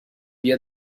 via